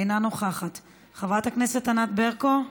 אינה נוכחת, חברת הכנסת ענת ברקו,